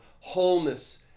wholeness